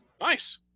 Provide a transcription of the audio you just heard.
Nice